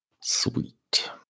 Sweet